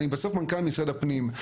אני בסוף מנכ"ל משרד הפנים.